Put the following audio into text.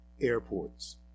airports